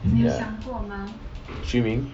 ya streaming